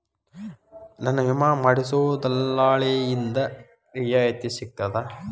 ನನ್ನ ವಿಮಾ ಮಾಡಿಸೊ ದಲ್ಲಾಳಿಂದ ರಿಯಾಯಿತಿ ಸಿಗ್ತದಾ?